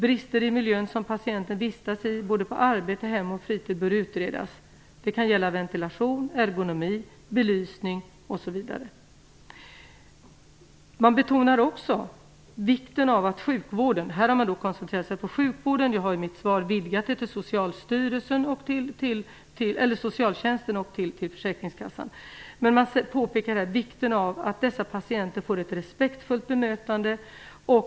Brister i miljön som patienten vistas i både på arbete, hem och fritid bör utredas. Det kan gälla ventilation, ergonomi, belysning osv. De har koncentrerat sig på sjukvården. Jag har i mitt svar vidgat det till socialtjänsten och försäkringskassan. Man betonar också vikten av att sjukvården ger dessa patienter ett respektfullt bemötande.